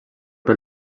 pel